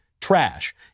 trash